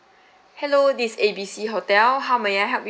hello this is A B C hotel how may I help you